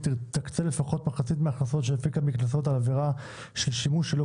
תקצה לפחות מחצית מההכנסות שהפיקה מקנסות על עבירה של שימוש שלא